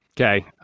okay